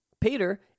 Peter